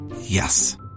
Yes